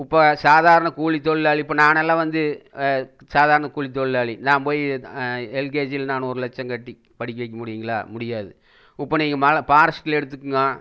இப்ப சாதாரண கூலி தொழிலாளி இப்போ நானெல்லாம் வந்து சாதாரண கூலி தொழிலாளி நான் போயி எல்கேஜியில் நான் ஒரு லட்சம் கட்டி படிக்க வைக்க முடியுங்களா முடியாது இப்போ நீங்கள் மலை ஃபாரஸ்ட்டில் எடுத்துக்குங்க